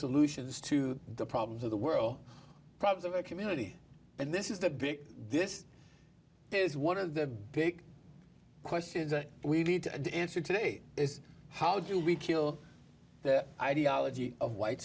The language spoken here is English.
solutions to the problems of the world problems of our community and this is the big this is one of the big questions that we need to answer today is how do we kill the ideology of white